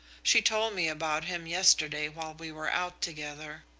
she told me about him yesterday while we were out together.